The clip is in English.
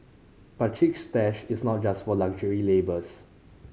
but Chic Stash is not just for luxury labels